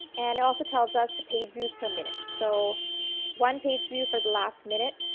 and it also tells us the page views per minute. so one page view for the last minute,